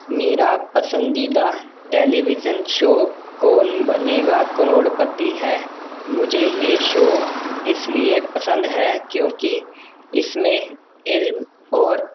میرا پسندیدہ television show Kaun Banega Crorepati ہے مجھے یہ شو اس لیے پسند ہے کیونکہ اس میں علم اور